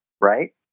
right